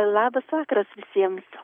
labas vakaras visiems